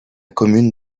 commune